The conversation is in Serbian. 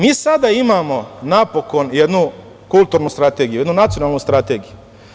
Mi sada imamo napokon jednu kulturnu strategiju, jednu nacionalnu strategiju.